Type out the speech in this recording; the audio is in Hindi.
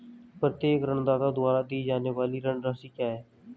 प्रत्येक ऋणदाता द्वारा दी जाने वाली ऋण राशि क्या है?